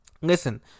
Listen